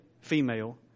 female